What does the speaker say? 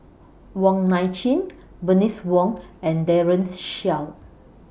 Wong Nai Chin Bernice Wong and Daren Shiau